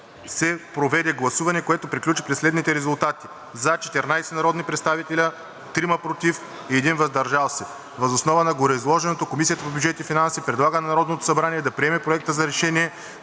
се проведе гласуване, което приключи при следните резултати: „за“ – 14 народни представители, 3 „против“ и 1 „въздържал се“. Въз основа на гореизложеното Комисията по бюджет и финанси предлага на Народното събрание да приеме Проекта на решение